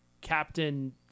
Captain